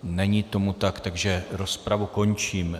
Není tomu tak, takže rozpravu končím.